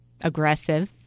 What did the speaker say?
aggressive